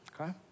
okay